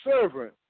servant